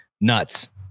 nuts